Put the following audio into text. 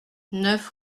neuf